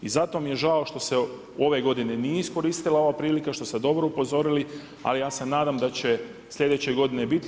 I zato mi je žao što se u ovoj godini nije iskoristila ova prilika što ste dobro upozorili, ali ja se nadam da će sljedeće godine biti.